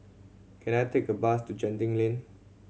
can I take a bus to Genting Lane